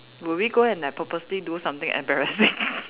would we go and like purposely do something embarrassing